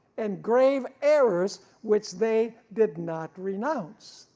and grave errors which they did not renounce.